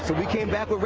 so we came back